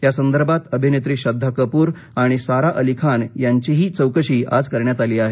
या संदर्भात अभिनेत्री श्रद्धा कपूर आणि सारा अली खान यांचीही चौकशी आज करण्यात आली आहे